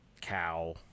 cow